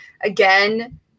again